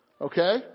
Okay